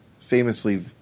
famously